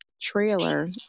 trailer